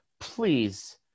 Please